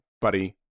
buddy